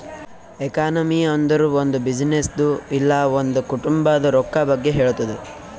economy ಅಂದುರ್ ಒಂದ್ ಬಿಸಿನ್ನೆಸ್ದು ಇಲ್ಲ ಒಂದ್ ಕುಟುಂಬಾದ್ ರೊಕ್ಕಾ ಬಗ್ಗೆ ಹೇಳ್ತುದ್